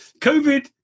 covid